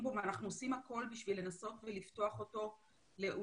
בו ואנחנו עושים הכול בשביל לנסות לפתוח אותו לחדשים,